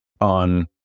on